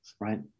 right